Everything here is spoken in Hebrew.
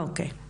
אוקיי,